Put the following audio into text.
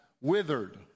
withered